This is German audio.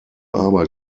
arbeit